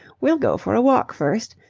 we'll go for a walk first,